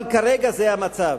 אבל כרגע זה המצב.